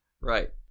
Right